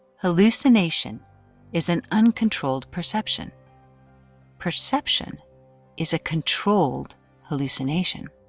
hallucination is an uncontrolled perception perception is a controlled hallucination.